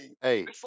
hey